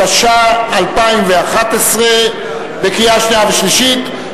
התשע"א 2011, קריאה שנייה ושלישית.